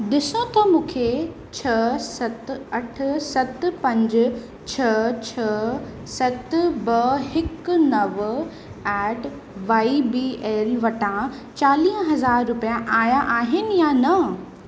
ॾिसो त मूंखे छह सत अठ सत पंज छ्ह छ्ह सत ब हिकु नव एट वाई बी एल वटां चालीह हज़ार रुपया आहिया आहिनि या न